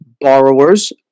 borrowers